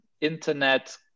internet